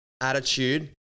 attitude